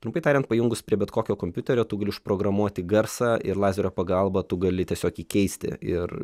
trumpai tariant pajungus prie bet kokio kompiuterio tu gali užprogramuoti garsą ir lazerio pagalba tu gali tiesiog jį keisti ir